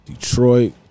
Detroit